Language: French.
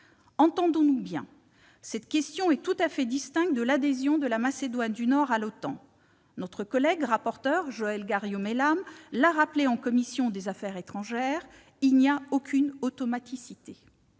Entendons-nous bien : cette question est tout à fait distincte de l'adhésion de la Macédoine du Nord à l'OTAN. Notre collègue rapporteur Joëlle Garriaud-Maylam l'a rappelé en commission des affaires étrangères : il n'y a aucune « automaticité